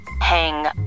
hang